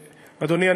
אדוני,